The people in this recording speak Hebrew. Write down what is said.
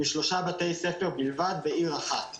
מ-3 בתי ספר בלבד בעיר אחת.